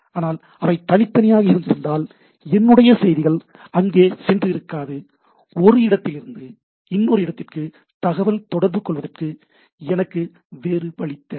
ஆனால் அவை தனித்தனியாக இருந்திருந்தால் என்னுடைய செய்திகள் அங்கே சென்றிருக்காது ஒரு இடத்திலிருந்து இன்னொரு இடத்திற்கு தொடர்பு கொள்வதற்கு எனக்கு வேறு வழி தேவை